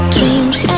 Dreams